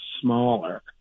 smaller